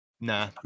nah